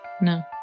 No